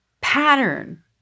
pattern